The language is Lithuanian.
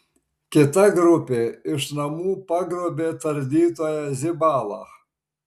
kita grupė iš namų pagrobė tardytoją zibalą